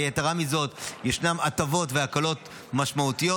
ויתרה מזאת, ישנן הטבות והקלות משמעותיות,